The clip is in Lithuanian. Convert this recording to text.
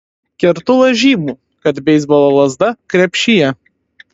kertu lažybų kad beisbolo lazda krepšyje